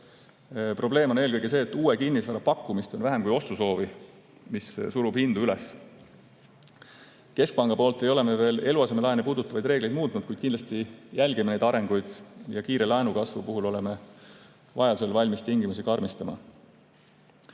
Probleem on eelkõige see, et uue kinnisvara pakkumist on vähem kui ostusoovi, mis surub hinnad üles. Keskpanga poolt ei ole me veel eluasemelaene puudutavaid reegleid muutnud, kuid kindlasti jälgime neid arenguid ja kiire laenukasvu puhul oleme vajadusel valmis tingimusi karmistama.